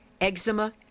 eczema